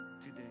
today